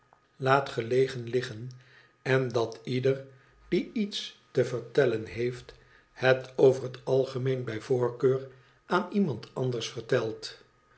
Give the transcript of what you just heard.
laat gelegen liggen en dat ieder die iets te vertellen heeft het over het algemeen bij voorkeur aan iemand anders vertelt